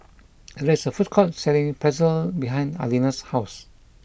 there is a food court selling Pretzel behind Adina's house